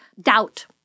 doubt